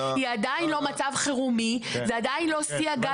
היא עדיין לא מצב חירומי ועדיין לא שיא הגל